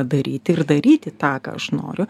daryti ir daryti tą ką aš noriu